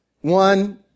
One